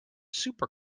super